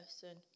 person